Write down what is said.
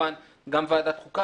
כמובן גם ועדת חוקה,